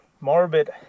Morbid